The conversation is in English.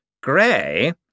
grey